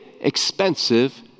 expensive